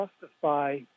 justify